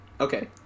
Okay